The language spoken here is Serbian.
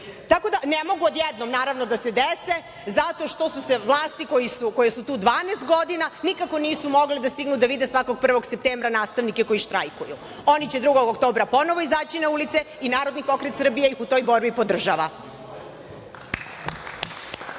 Ne mogu odjednom da se dese zato što su vlasti koje su tu 12 godina nikako nisu mogle da stignu da vide svakog 1. septembra nastavnike koji štrajkuju. Oni će 2. oktobra ponovo izaći na ulice i Narodni pokret Srbije ih u toj borbi podržava.